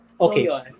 Okay